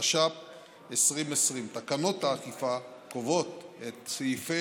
התש"ף 2020. תקנות האכיפה קובעות את סעיפי